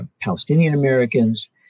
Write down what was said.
Palestinian-Americans